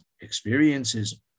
experiences